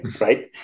right